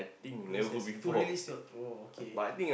U_S_S to release your oh okay